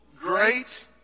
great